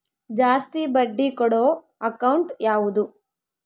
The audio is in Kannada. ಜಾಸ್ತಿ ಬಡ್ಡಿ ಕೊಡೋ ಅಕೌಂಟ್ ಯಾವುದು?